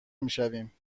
میشویم